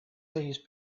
these